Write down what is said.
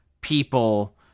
people